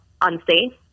unsafe